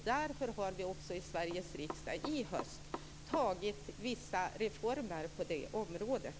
Därför har vi också i Sveriges riksdag i höst antagit vissa reformer på det området.